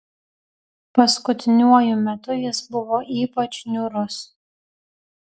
paskutiniuoju metu jis buvo ypač niūrus